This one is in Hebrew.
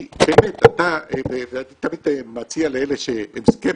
אני תמיד מציע לאלה שהם סקפטיים,